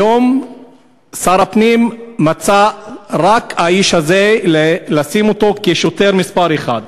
היום שר הפנים מצא רק את האיש הזה לשים כשוטר מספר אחת,